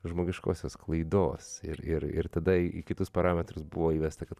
žmogiškosios klaidos ir ir ir tada į kitus parametrus buvo įvesta kad